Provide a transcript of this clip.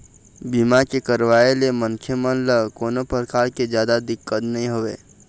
बीमा के करवाय ले मनखे मन ल कोनो परकार के जादा दिक्कत नइ होवय